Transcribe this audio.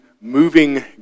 moving